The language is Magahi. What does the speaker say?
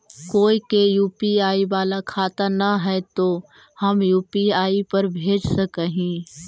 कोय के यु.पी.आई बाला खाता न है तो हम यु.पी.आई पर भेज सक ही?